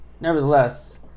nevertheless